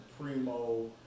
Primo